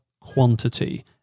quantity